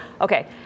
Okay